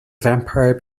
vampire